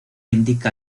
indica